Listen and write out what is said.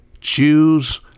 choose